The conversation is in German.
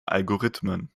algorithmen